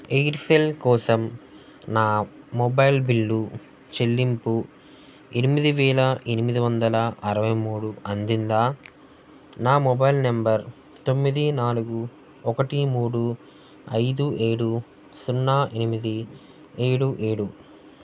Aircel కోసం నా mobile bill చెల్లింపు ఎనిమిది వేల ఎనిమిది వందల అరవై మూడు అందిందా నా మొబైల్ నెంబర్ తొమ్మిది నాలుగు ఒకటి మూడు ఐదు ఏడు సున్నా ఎనిమిది ఏడు ఏడు